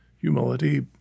humility